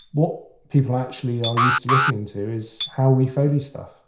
what people actually are used to listening to is how we foley stuff.